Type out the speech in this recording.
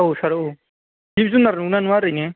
औ सार औ जिब जुनार नुगोन ना नुवा ओरैनो